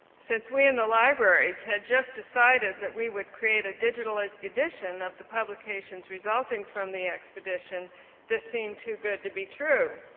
since we in the libraries had just decided that we would create a digital and edition of the publications resulting from the expedition this seemed too good to be true.